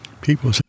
people